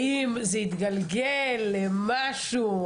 האם זה התגלגל למשהו?